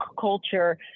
culture